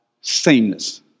sameness